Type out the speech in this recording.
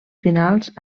finals